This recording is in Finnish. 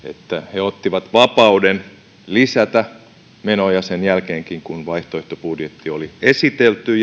he ottivat vapauden lisätä menoja sen jälkeenkin kun vaihtoehtobudjetti oli esitelty